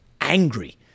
angry